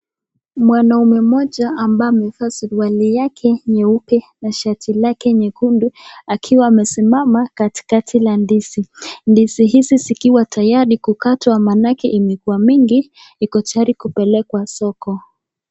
Mwanaume mmoja ambaye amevaa suruali yake nyeupe na shati lake nyekundu akiwa amesimama katikati la ndizi. Ndizi hizi zikiwa tayari kukatwa maanake imekuwa mingi iko tayari kupelekwa soko.